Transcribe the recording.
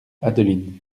adeline